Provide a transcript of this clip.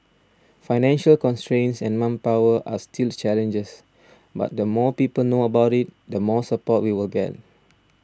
financial constraints and manpower are still challenges but the more people know about it the more support we will get